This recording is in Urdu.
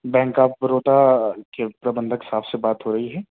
بینک آف بڑودہ کے پربندھک صاحب سے بات ہو رہی ہے